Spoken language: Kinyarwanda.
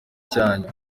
cyanyu